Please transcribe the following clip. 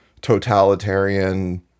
totalitarian